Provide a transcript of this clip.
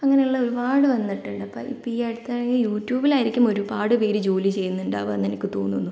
അങ്ങനെയുള്ള ഒരുപാട് വന്നിട്ടുണ്ട് അപ്പോൾ ഇപ്പോൾ ഈ അടുത്തായി യൂട്യൂബിൽ ആയിരിക്കും ഒരുപാട് പേര് ജോലി ചെയ്യുന്നുണ്ടാവുക എന്ന് എനിക്ക് തോന്നുന്നു